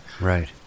Right